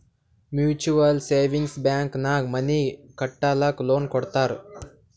mutual savings bank ನಾಗ್ money ಕಟ್ಟಲಕ್ಕ್ loan ಕೊಡ್ತಾರ್